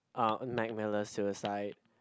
ah Mac Miller suicide